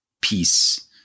peace